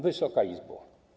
Wysoka Izbo!